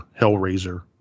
Hellraiser